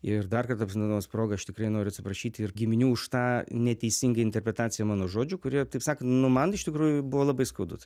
ir dar kartą pasinaudosiu proga aš tikrai noriu atsiprašyti ir giminių už tą neteisingą interpretaciją mano žodžių kurie taip sakan nu man iš tikrųjų buvo labai skaudus